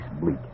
bleak